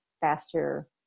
faster